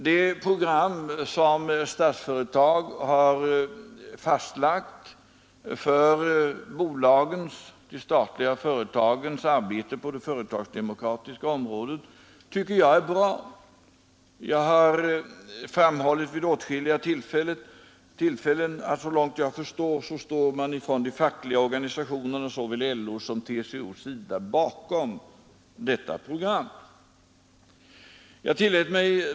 Det program som Statsföretag AB har fastlagt för de statliga företagens arbete på det företagsdemokratiska området tycker jag är bra. Jag har vid åtskilliga tillfällen framhållit att vad jag vet står de fackliga organisationerna — såväl LO som TCO — bakom detta program.